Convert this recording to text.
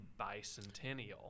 Bicentennial